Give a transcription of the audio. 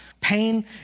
Pain